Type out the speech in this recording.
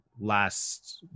last